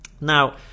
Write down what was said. Now